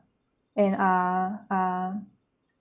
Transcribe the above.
and are are